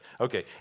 Okay